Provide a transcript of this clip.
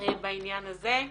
בעניין הזה.